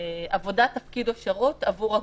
עבודה, תפקיד או שירות עבור הגוף.